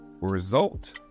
result